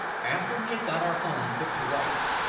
after we had got our home put to rights,